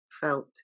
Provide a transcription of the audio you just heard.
felt